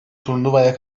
turnuvaya